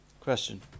question